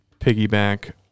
piggyback